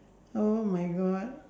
oh my god